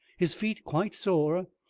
his feet quite sore,